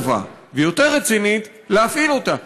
מגובשת, יותר טובה ויותר רצינית, להפעיל אותה.